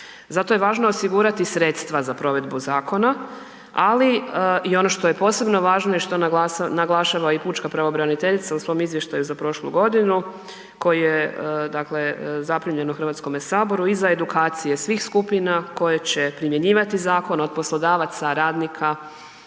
Zato je važno osigurati sredstva za provedbu zakona, ali i ono što je posebno važno i što naglašava i pučka pravobraniteljica u svom izvještaju za prošlu godinu koji je zaprimljen u HS-u, i za edukacije svih skupina koje će primjenjivati zakon od poslodavaca, radnika